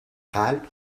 قلب